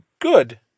good